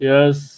Yes